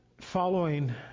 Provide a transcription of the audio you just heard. following